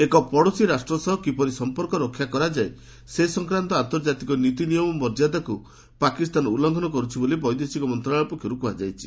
ଏକ ପଡ଼ୋଶୀ ରାଷ୍ଟ୍ର ସହ କିପରି ସଂପର୍କ ରକ୍ଷାକରାଯାଏ ସେ ସଂକ୍ରାନ୍ତ ଆନ୍ତର୍ଜାତିକ ନୀତି ନିୟମ ଓ ମର୍ଯ୍ୟାଦାକୁ ପାକିସ୍ତାନ ଉଲ୍ଲଂଘନ କରୁଛି ବୋଲି ବୈଦେଶିକ ମନ୍ତ୍ରଣାଳୟ ପକ୍ଷରୁ କୁହାଯାଇଛି